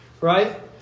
Right